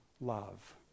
love